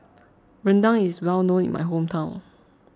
Rendang is well known in my hometown